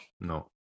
No